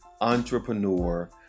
entrepreneur